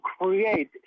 create